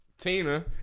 Tina